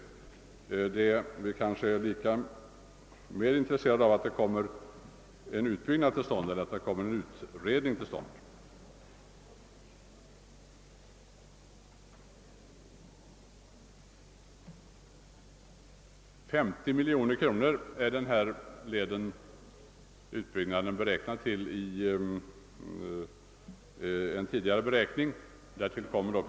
Vi är mera intresserade av att det kommer till stånd en utbyggnad än att det kommer till stånd en utredning. Kostnaden för utbyggnaden av den aktuella kanalleden har tidigare beräknats till 50 miljoner kronor.